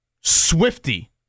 Swifty